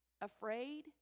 afraid